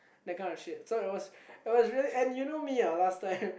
that kind of shit so it was it was really and you know me what last time